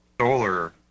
solar